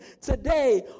today